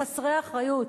חסרי אחריות.